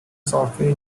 software